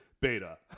Beta